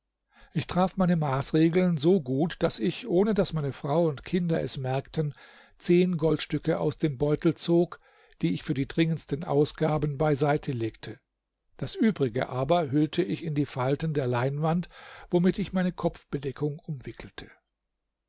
ich traf meine maßregeln so gut daß ich ohne daß meine frau und kinder es merkten zehn goldstücke aus dem beutel zog die ich für die dringendsten ausgaben beiseite legte das übrige aber hüllte ich in die falten der leinwand womit ich meine kopfbedeckung umwickelte